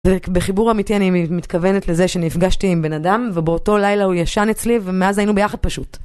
רק בחיבור אמיתי אני מתכוונת לזה שנפגשתי עם בן אדם ובאותו לילה הוא ישן אצלי ומאז היינו ביחד פשוט.